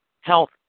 health